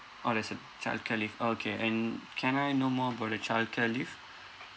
orh there's a childcare leave okay and can I know more about the childcare leave